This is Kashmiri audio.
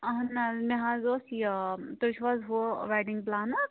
اَہن حظ مےٚ حظ اوس یہِ تہۍ چھُو حظ ہُہ وٮ۪ڈِنٛگ پٕلانر